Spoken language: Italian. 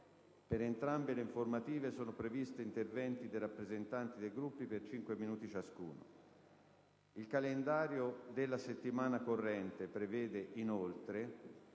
Per entrambe le informative sono previsti interventi dei rappresentanti dei Gruppi per 5 minuti ciascuno. Il calendario della settimana corrente prevede inoltre